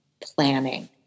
planning